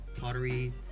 pottery